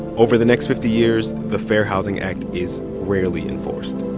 over the next fifty years, the fair housing act is rarely enforced.